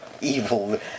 evil